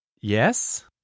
Yes